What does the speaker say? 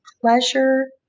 pleasure